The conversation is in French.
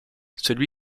celui